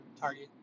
Target